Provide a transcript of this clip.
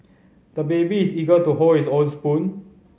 the baby is eager to hold his own spoon